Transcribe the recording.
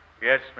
Yes